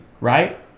Right